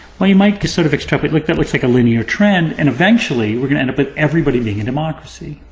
but you might just sort of extrapolate, like, that looks like a linear trend. and eventually, we're gonna end up with everybody being a democracy.